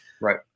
Right